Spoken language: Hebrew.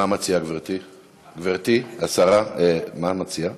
גברתי השרה, מה את מציעה?